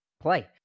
play